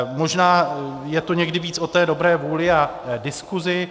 Možná je to někdy víc o dobré vůli a diskuzi.